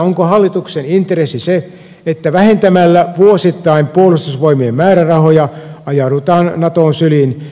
onko hallituksen intressi se että vähentämällä vuosittain puolustusvoimien määrärahoja ajaudutaan naton syliin